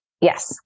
Yes